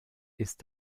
ist